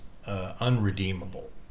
Unredeemable